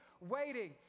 waiting